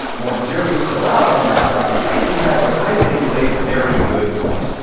while the jury is still out on that, dr. tracy has, what i think, is a very good point.